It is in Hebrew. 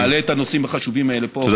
שאתה מעלה את הנושאים החשובים האלה פה,